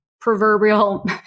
proverbial